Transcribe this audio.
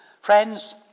Friends